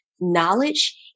knowledge